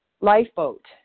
lifeboat